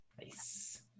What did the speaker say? Nice